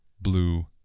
blue